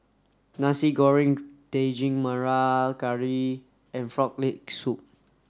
Nasi Goreng Daging Merah Curry and frog leg soup